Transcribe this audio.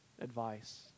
advice